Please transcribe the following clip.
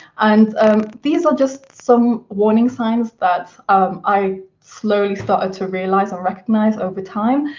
and these are just some warning signs that um i slowly started to realise and recognise over time,